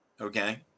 okay